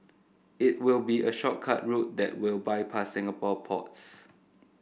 it will be a shortcut route that will bypass Singapore ports